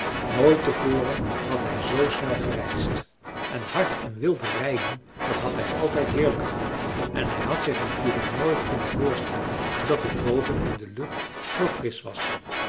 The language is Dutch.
nooit te voren had hij zoo snel gereisd en hard en wild rijden dat had hij altijd heerlijk gevonden en hij had zich natuurlijk nooit kunnen voorstellen dat het boven in de lucht zoo frisch was